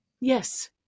Yes